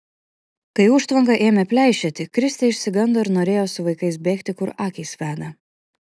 kai užtvanka ėmė pleišėti kristė išsigando ir norėjo su vaikais bėgti kur akys veda